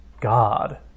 God